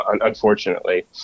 unfortunately